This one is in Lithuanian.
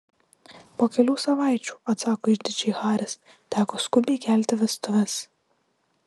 po kelių savaičių atsako išdidžiai haris teko skubiai kelti vestuves